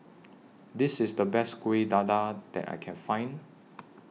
This IS The Best Kuih Dadar that I Can Find